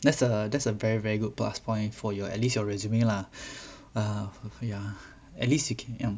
that's a that's a very very good plus point for you at least your resume lah err yeah at least you can know